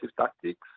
tactics